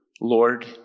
Lord